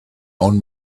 own